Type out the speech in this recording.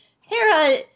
Hera